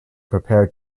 prepared